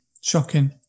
shocking